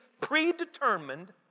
predetermined